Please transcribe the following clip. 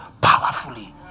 powerfully